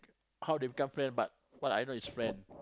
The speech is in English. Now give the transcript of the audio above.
how they become friend but but I know it's friend